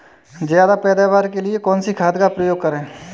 ज्यादा पैदावार के लिए कौन सी खाद का प्रयोग करें?